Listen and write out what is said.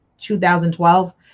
2012